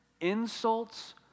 insults